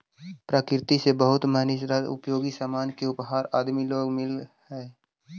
प्रकृति से बहुत मनी उपयोगी सामान के उपहार आदमी लोग के मिलऽ हई